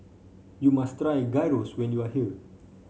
you must try Gyros when you are here